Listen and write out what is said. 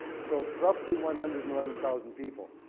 so roughly one hundred and eleven thousand people.